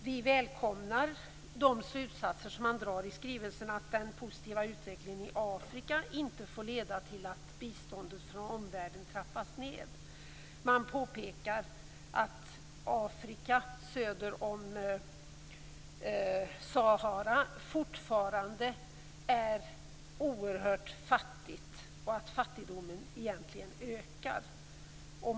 Vi välkomnar de slutsatser som dras i skrivelserna, att den positiva utvecklingen i Afrika inte får leda till att biståndet från omvärlden trappas ned. Man påpekar att Afrika söder om Sahara fortfarande är oerhört fattigt och att fattigdomen egentligen ökar.